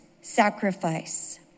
sacrifice